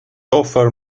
offer